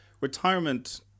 retirement